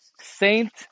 saint